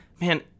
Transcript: man